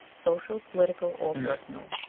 social, political, or personal.